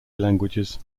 languages